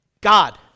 god